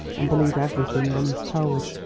and believe everything one is told?